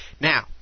Now